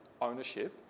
ownership